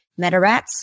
MetaRats